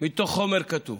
מתוך חומר כתוב.